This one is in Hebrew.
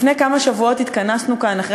לפני כמה שבועות התכנסנו כאן אחרי